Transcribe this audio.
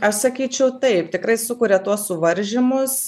aš sakyčiau taip tikrai sukuria tuos suvaržymus